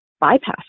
bypass